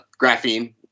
graphene